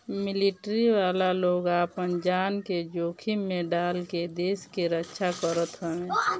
military वाला लोग आपन जान के जोखिम में डाल के देस के रक्षा करत हवे